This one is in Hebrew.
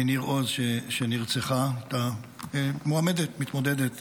מניר עוז, שנרצחה, מועמדת, מתמודדת